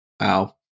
Wow